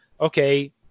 okay